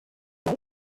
lake